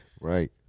Right